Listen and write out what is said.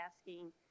asking